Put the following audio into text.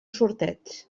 sorteig